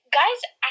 guys